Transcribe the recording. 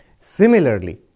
Similarly